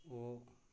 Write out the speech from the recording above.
ओह्